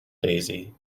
daisy